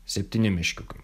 septyni meškiukai